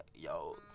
yo